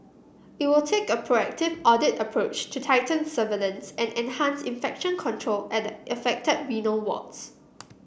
it will take a proactive audit approach to tighten surveillance and enhance infection control at the affected renal wards